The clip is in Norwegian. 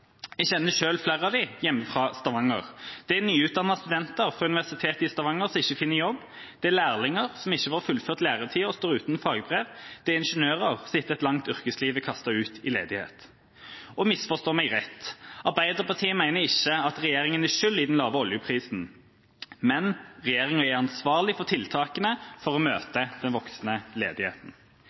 Jeg kjenner selv flere av dem fra hjemme i Stavanger. Det er nyutdannede studenter fra Universitetet i Stavanger som ikke finner jobb. Det er lærlinger som ikke får fullført læretida og står uten fagbrev. Det er ingeniører som etter et langt yrkesliv er kastet ut i ledighet. Misforstå meg rett: Arbeiderpartiet mener ikke at regjeringa er skyld i den lave oljeprisen, men regjeringa er ansvarlig for tiltakene for å møte den voksende ledigheten.